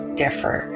differ